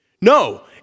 No